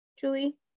julie